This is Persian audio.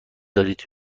دارید